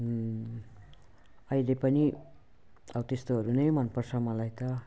अहिले पनि हौ त्यस्तोहरू नै मनपर्छ मलाई त